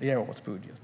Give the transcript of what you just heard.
i årets budget.